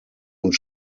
und